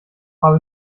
habe